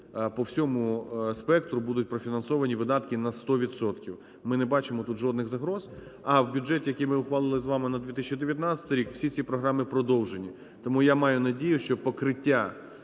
по всьому спектру, будуть профінансовані видатки на 100%. Ми не бачимо тут жодних загроз. А в бюджеті, який ми ухвалили з вами на 2019 рік, всі ці програми продовжені. Тому я маю надію, що покриття